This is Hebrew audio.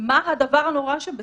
מה הדבר הנורא שבזה?